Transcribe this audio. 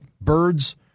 birds